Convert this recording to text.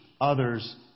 others